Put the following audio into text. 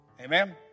Amen